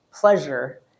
pleasure